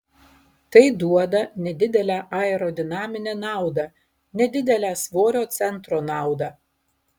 tai duoda nedidelę aerodinaminę naudą nedidelę svorio centro naudą